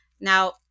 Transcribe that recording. Now